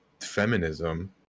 feminism